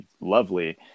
lovely